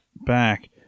back